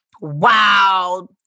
wow